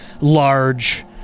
large